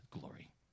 glory